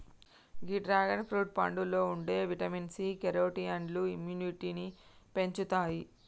గీ dragon fruit పండులో ఉండే vitamin C, కెరోటినాయిడ్లు ఇమ్యునిటీని పెంచుతాయి